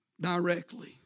Directly